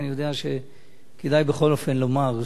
אני יודע שכדאי בכל אופן לומר,